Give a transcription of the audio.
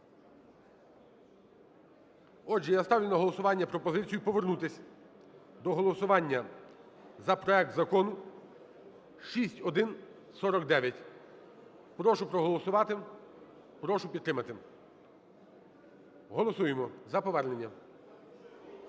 Отже, я ставлю на голосування пропозицію повернутись до голосування за проект Закону 6149. Прошу проголосувати. Прошу підтримати. Голосуємо за повернення.